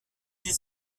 des